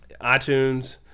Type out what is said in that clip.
iTunes